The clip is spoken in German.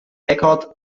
eckhart